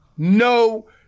No